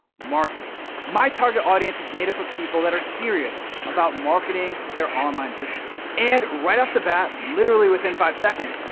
marketers. my target audience is made up of people that are serious about marketing their online business. and right off the bat, literally within five seconds,